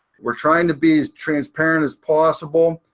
we're trying to be as transparent as possible.